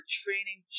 training